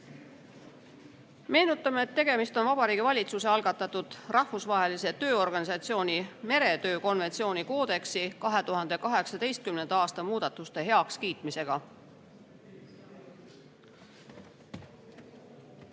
Tuvi. Meenutame, et tegemist on Vabariigi Valitsuse algatatud Rahvusvahelise Tööorganisatsiooni meretöö konventsiooni koodeksi 2018. aasta muudatuste heakskiitmisega.